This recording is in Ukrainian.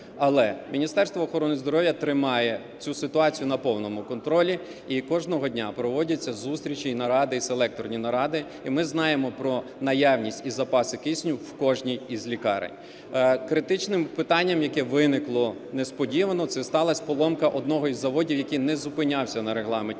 Але Міністерство охорони здоров'я тримає цю ситуацію на повному контролі, і кожного дня проводяться зустрічі і наради, і селекторні наради, і ми знаємо про наявність і запаси кисню в кожній із лікарень. Критичним питанням, яке виникло несподівано, це сталась поломка одного із заводів, який не зупинявся на регламентні